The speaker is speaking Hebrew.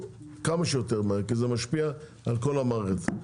כי זה משפיע על כל המערכת.